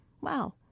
Wow